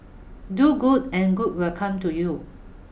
do good and good will come to you